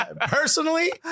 Personally